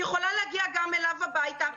היא יכולה להגיע אליו הביתה.